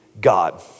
God